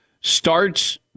starts